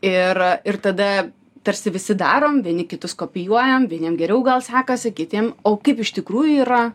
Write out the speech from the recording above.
ir ir tada tarsi visi darom vieni kitus kopijuojam vieniem geriau gal sekasi kitiem o kaip iš tikrųjų yra